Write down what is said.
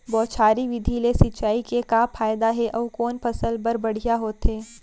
बौछारी विधि ले सिंचाई के का फायदा हे अऊ कोन फसल बर बढ़िया होथे?